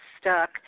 stuck